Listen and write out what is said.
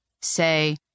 Say